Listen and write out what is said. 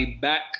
back